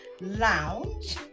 lounge